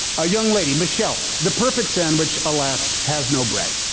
ah young lady michelle, the perfect sandwich alas has no bread.